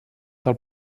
del